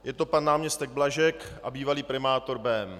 Je to pan náměstek Blažek a bývalý primátor Bém.